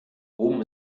rom